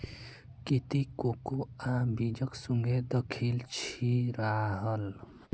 की ती कोकोआ बीजक सुंघे दखिल छि राहल